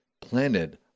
planted